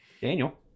Daniel